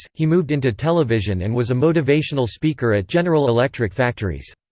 he moved into television and was a motivational speaker at general electric factories.